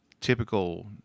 typical